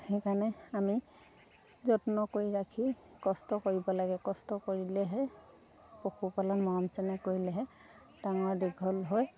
সেইকাৰণে আমি যত্ন কৰি ৰাখি কষ্ট কৰিব লাগে কষ্ট কৰিলেহে পশুপালন মৰম চেনেহ কৰিলেহে ডাঙৰ দীঘল হৈ